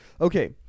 Okay